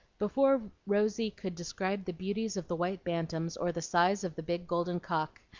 before rosy could describe the beauties of the white bantams or the size of the big golden cock,